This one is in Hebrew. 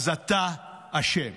אז אתה אשם.